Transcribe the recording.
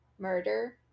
murder